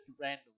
random